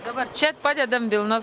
dabar čia padedam vilnos